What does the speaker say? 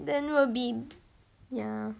then will be ya